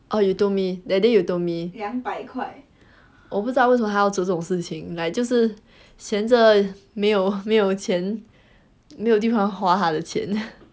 oh you told me that day you told me 我不知道为什么还要做这种事情 like 就是闲着没有没有钱没有地方花他的钱